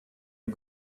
you